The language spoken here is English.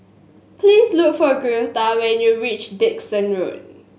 please look for Greta when you reach Dickson Road